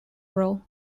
roll